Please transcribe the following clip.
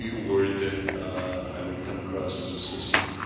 yeah worried that i would come across as a sissy,